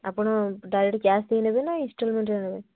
ଆପଣ direct cash ଦେଇ ନେବେ ନା ଇସଷ୍ଟଲମେଣ୍ଟରେ ନେବେ